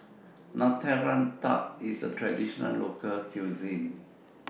Nutella Tart IS A Traditional Local Cuisine